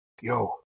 yo